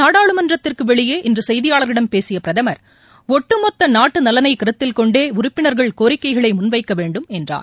நாடாளுமன்றத்திற்குவெளியே இன்றசெய்தியாளர்களிடம் பேசியபிரகமர் ஒட்டுமொத்தநாட்டுநலனைகருத்தில் கொண்டேஉறுப்பினர்கள் கோரிக்கைகளைமுன்வைக்கவேண்டும் என்றார்